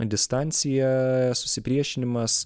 distancija susipriešinimas